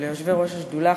ליושבי-ראש השדולה,